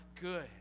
good